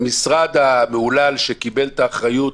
המשרד המהולל שקיבל את האחריות,